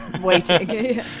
waiting